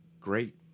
great